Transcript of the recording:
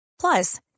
Plus